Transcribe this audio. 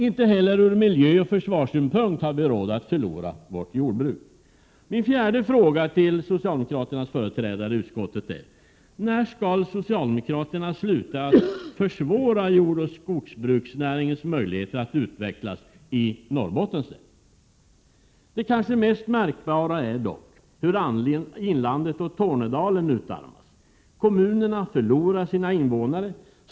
Inte heller ur miljöoch försvarssynpunkt har vi råd att förlora vårt jordbruk. Min fjärde fråga till socialdemokraternas företrädare i utskottet är: När skall socialdemokraterna sluta att försvåra jordoch skogsbruksnäringens möjligheter att utvecklas i Norrbottens län? Det kanske mest märkbara är dock hur inlandet och Tornedalen utarmas. Kommunerna förlorar sina invånare.